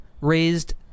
raised